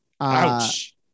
Ouch